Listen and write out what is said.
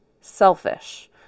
selfish